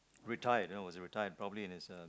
retired you knows retired probably in his uh